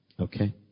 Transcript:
Okay